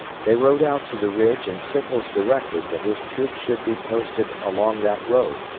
they rode out to the ridge and sickles directed that his troops should be posted along that road,